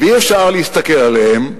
ואי-אפשר להסתכל עליהם,